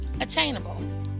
attainable